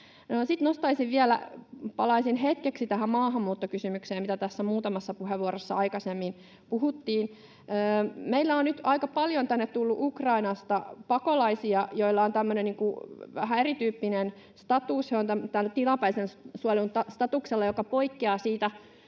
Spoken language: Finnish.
palaisin vielä hetkeksi tähän maahanmuuttokysymykseen, mistä muutamassa puheenvuorossa aikaisemmin puhuttiin. Meillä on nyt aika paljon tänne tullut Ukrainasta pakolaisia, joilla on tämmöinen vähän erityyppinen status, he ovat tilapäisen suojelun statuksella, joka poikkeaa muista